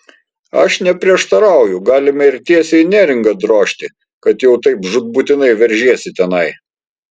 aš neprieštarauju galime ir tiesiai į neringą drožti kad jau taip žūtbūtinai veržiesi tenai